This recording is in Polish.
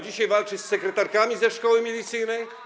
Dzisiaj walczy z sekretarkami ze szkoły milicyjnej?